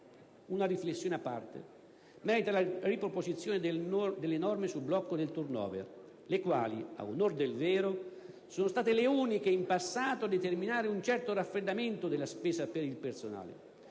Una riflessione a parte merita la riproposizione delle norme sul blocco del *turnover*, le quali, ad onor del vero, sono state le uniche in passato a determinare un certo raffreddamento della spesa per il personale.